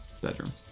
bedroom